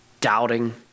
doubting